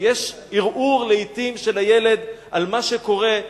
שיש ערעור לעתים של הילד על מה שקורה,